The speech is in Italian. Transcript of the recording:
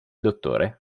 dott